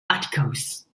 articles